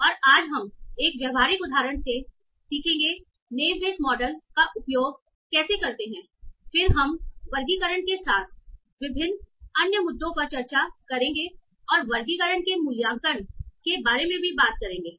और आज हम एक व्यावहारिक उदाहरण से सीखगे नेव बेयस मॉडल का उपयोग कैसे करते हैं फिर हम वर्गीकरण के साथ विभिन्न अन्य मुद्दों पर चर्चा करेंगे और वर्गीकरण के मूल्यांकन के बारे में भी बात करेंगे